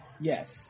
Yes